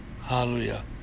Hallelujah